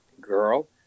girl